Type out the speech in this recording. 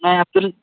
میں عبدل